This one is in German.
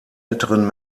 älteren